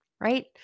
right